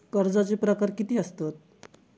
कर्जाचे प्रकार कीती असतत?